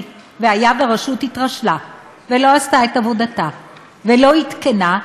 היה והרשות התרשלה ולא עשתה את עבודתה ולא עדכנה,